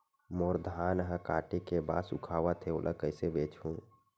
मोर धान ह काटे के बाद सुखावत हे ओला कइसे बेचहु?